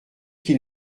qu’il